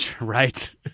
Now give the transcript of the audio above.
Right